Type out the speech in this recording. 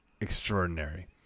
extraordinary